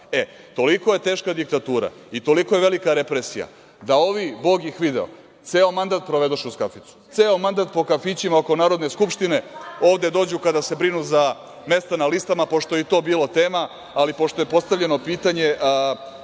E, toliko je teška diktatura i toliko je velika represija da ovi, Bog ih video, ceo mandat provedoše uz kaficu, ceo mandat po kafićima oko Narodne skupštine, ovde dođu kada se brinu za mesta na listama, pošto je i to bilo tema, ali pošto je postavljeno pitanje